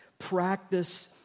practice